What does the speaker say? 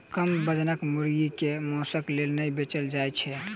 कम वजनक मुर्गी के मौंसक लेल नै बेचल जाइत छै